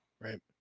Right